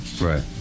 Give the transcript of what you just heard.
right